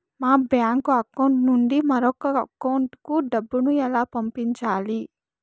మా bank account నుండి మరొక అకౌంట్ కు డబ్బును ఎలా పంపించాలి